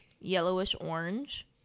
yellowish-orange